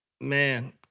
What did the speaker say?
man